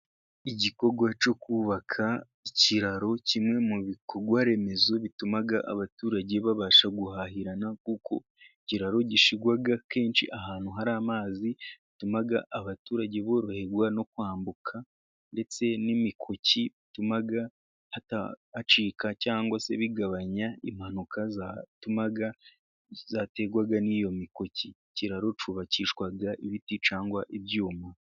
Igikorwa cyo kubaka ikiraro kimwe mu bikorwaremezo bituma abaturage babasha guhahirana, kuko ikiraro gishyirwa kenshi ahantu hari amazi, gituma abaturage boroherwa no kwambuka ndetse n'imikoki bituma hacika cyangwa se bigabanya impanuka zatuma, zaterwa n'iyo mikoki. Ikiraro cyubakishwa ibiti cyangwa ibyuma.